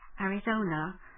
Arizona